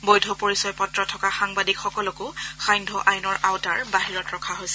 বৈধ পৰিচয় পত্ৰ থকা সাংবাদিকসকলকো সান্ধ্য আইনৰ আওঁতাৰ বাহিৰত ৰখা হৈছে